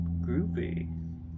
groovy